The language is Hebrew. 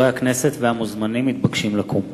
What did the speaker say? חברי הכנסת והמוזמנים מתבקשים לקום.